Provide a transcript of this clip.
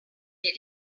did